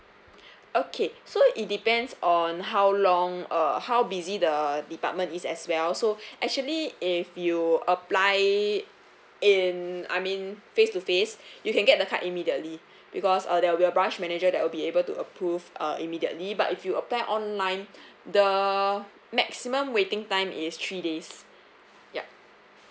okay so it depends on how long uh how busy the department is as well so actually if you apply in I mean face to face you can get the card immediately because uh there will be a branch manager that will be able to approve uh immediately but if you apply online the maximum waiting time is three days yup